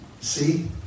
See